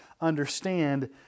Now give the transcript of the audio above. understand